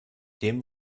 dem